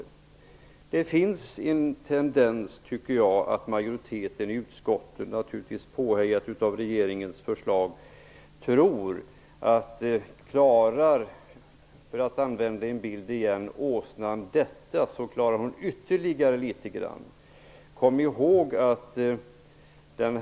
Jag tycker att det finns en tendens att majoriteten i utskottet, naturligtvis påhejad av regeringens förslag, tror att om åsnan klarar detta så klarar hon ytterligare litet grand, för att använda en bild igen.